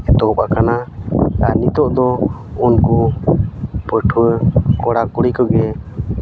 ᱮᱛᱚᱦᱚᱵ ᱟᱠᱟᱱᱟ ᱟᱨ ᱱᱤᱛᱚᱜ ᱫᱚᱩᱱᱠᱩ ᱯᱟᱹᱴᱷᱩᱣᱟᱹ ᱠᱚᱲᱟᱼᱠᱩᱲᱤ ᱠᱚᱜᱮ